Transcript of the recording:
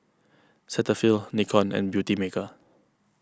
Cetaphil Nikon and Beautymaker